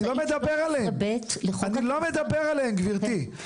אני לא מדבר עליהם גברתי,